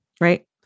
Right